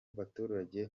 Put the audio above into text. baturage